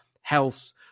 health